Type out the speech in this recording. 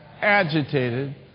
agitated